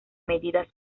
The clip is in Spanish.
medidas